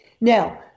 Now